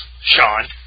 Sean